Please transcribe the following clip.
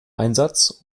einsatz